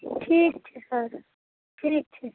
ठीक छै सर ठीक छै